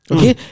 Okay